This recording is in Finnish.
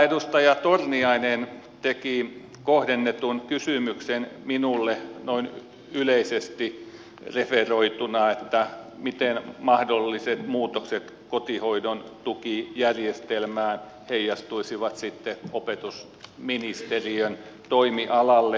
edustaja torniainen teki kohdennetun kysymyksen minulle noin yleisesti referoituna miten mahdolliset muutokset kotihoidon tukijärjestelmään heijastuisivat opetusministeriön toimialalle